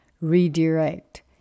redirect